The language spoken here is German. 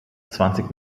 zwanzig